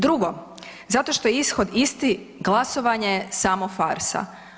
Drugo, zato što je ishod isti glasovanje je samo farsa.